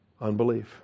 Unbelief